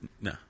No